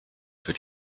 für